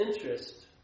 interest